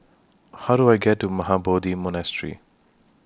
How Do I get to Mahabodhi Monastery